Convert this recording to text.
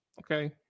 Okay